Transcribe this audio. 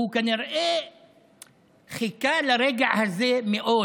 הוא כנראה חיכה לרגע הזה מאוד,